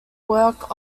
work